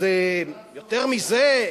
אז יותר מזה?